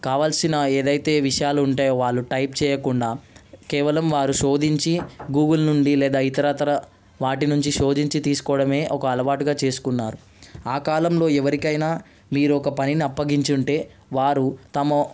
కావాల్సిన ఏదైతే విషయాలు ఉంటాయో వాళ్ళు టైప్ చేయకుండా కేవలం వారు శోధించి గూగుల్ నుండి లేదా ఇతరత్ర వాటి నుంచి శోధించి తీసుకోవడమే ఒక అలవాటుగా చేసుకున్నారు ఆ కాలంలో ఎవరికైనా మీరు ఒక పనిని అప్పగించుంటే వారు తమ